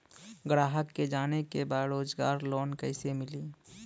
ग्राहक के जाने के बा रोजगार लोन कईसे मिली?